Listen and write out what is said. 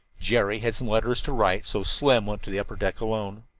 jerry had some letters to write, so slim went to the upper deck alone.